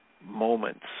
moments